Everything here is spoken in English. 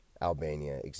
Albania